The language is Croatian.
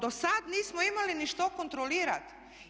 Dosad nismo imali ni što kontrolirati.